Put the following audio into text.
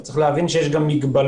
אבל צריך להבין שיש מגבלות